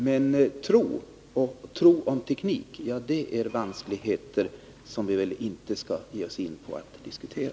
Men tro och inte minst tro om tekniken är vanskligheter som vi väl inte ska ge oss in på att diskutera.